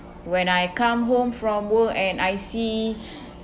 when I come home from work and I see